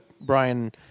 Brian